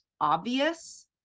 obvious